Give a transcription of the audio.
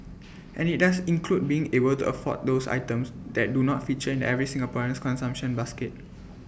and IT does include being able to afford those items that do not feature in every Singaporean's consumption basket